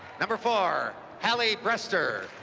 number four haley brester.